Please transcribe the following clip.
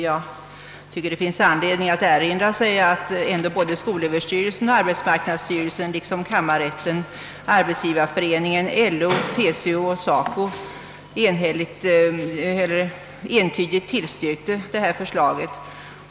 Jag tycker emellertid det finns anledning att erinra sig att både skolöverstyrelsen, arbetsmarknadsstyrelsen, kammarrätten, Arbetsgivareföreningen, LO, TCO och SACO entydigt tillstyrkte förslaget.